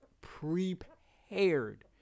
prepared